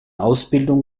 ausbildung